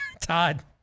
Todd